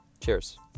Cheers